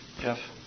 Jeff